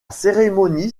cérémonie